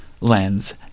lens